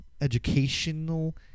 educational